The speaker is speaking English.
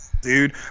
Dude